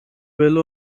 belli